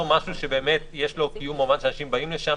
משהו שבאמת יש לו קיום במובן שאנשים באים לשם,